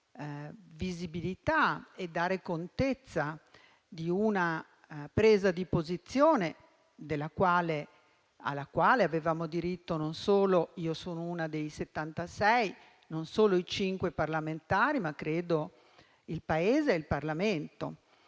modo visibilità e contezza di una presa di posizione alla quale avevamo diritto non solo io che sono una dei 76 e i cinque parlamentari, ma credo il Paese e il Parlamento.